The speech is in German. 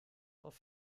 auf